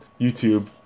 YouTube